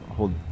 Hold